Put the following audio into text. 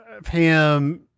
Pam